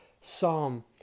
psalm